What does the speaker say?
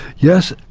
yes.